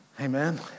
Amen